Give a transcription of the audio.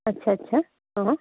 আচ্ছা আচ্ছা অঁ